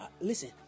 listen